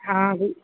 हँ अभी